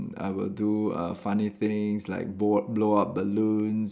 I will do uh funny things like blow blow up balloons